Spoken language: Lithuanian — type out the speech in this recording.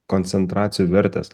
koncentracijų vertės